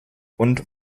und